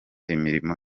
imirimo